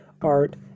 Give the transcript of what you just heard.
art